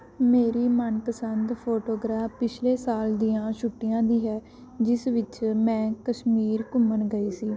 ਮੇਰੀ ਮਨਪਸੰਦ ਫੋਟੋਗ੍ਰਾਫ ਪਿਛਲੇ ਸਾਲ ਦੀਆਂ ਛੁੱਟੀਆਂ ਦੀ ਹੈ ਜਿਸ ਵਿੱਚ ਮੈਂ ਕਸ਼ਮੀਰ ਘੁੰਮਣ ਗਈ ਸੀ